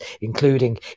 including